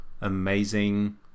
amazing